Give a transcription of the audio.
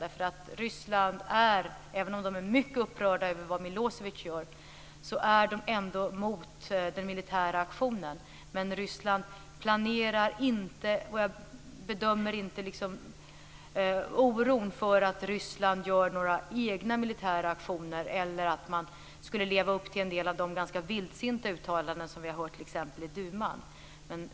Även om de är mycket upprörda över vad Milosevic gör är de ändå mot den militära aktionen. Men Ryssland planerar inte, och jag bedömer inte risken som stor för att Ryssland skulle genomföra, några egna militära aktioner eller leva upp till en del av de ganska vildsinta uttalanden som vi har hört t.ex. i duman.